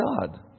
God